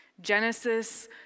Genesis